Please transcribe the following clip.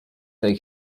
tej